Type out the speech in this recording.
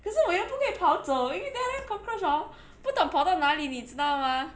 可是我又不可以跑走因为等一下那个 cockroach hor 不懂跑到哪里你知道吗